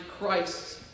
Christ